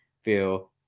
feel